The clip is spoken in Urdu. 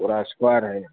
پورا آشکار ہے